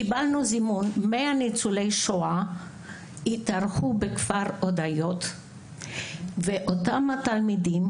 קיבלנו זימון ו-100 ניצולי שואה התארחו בכפר הודיות ואותם תלמידים